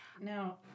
Now